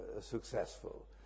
successful